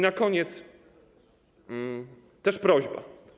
Na koniec też prośba.